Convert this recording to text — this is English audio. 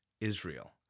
Israel